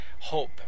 hope